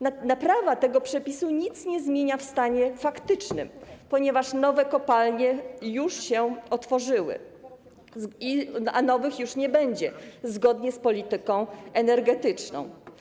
Naprawa tego przepisu nic nie zmienia w stanie faktycznym, ponieważ nowe kopalnie już się otworzyły, a nowych już nie będzie, zgodnie z polityką energetyczną.